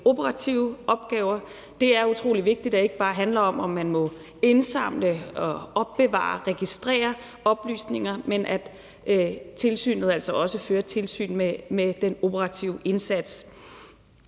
operative opgaver. Det er utrolig vigtigt, at det ikke bare handler om, om man må indsamle, opbevare og registrere oplysninger, men at tilsynet altså også fører tilsyn med den operative indsats.